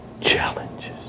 challenges